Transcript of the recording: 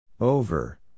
Over